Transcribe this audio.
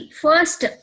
first